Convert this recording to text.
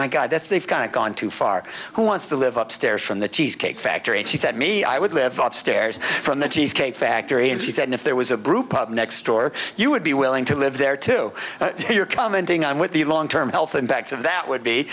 my god that's they've kind of gone too far who wants to live upstairs from the cheesecake factory and she said me i would live upstairs from the cheesecake factory and she said if there was a brew pub next door you would be willing to live there too you're commenting on what the long term health impacts of that would be